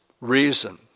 reason